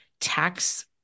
tax